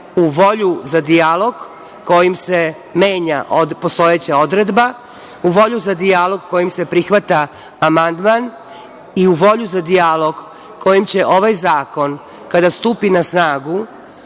u volju za dijalog kojim se menja postojeća odredba, u volju za dijalog kojim se prihvata amandman i u volju za dijalog kojim će ovaj zakon kada stupi na snagu